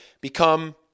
become